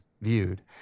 viewed